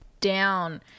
down